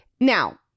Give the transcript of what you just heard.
now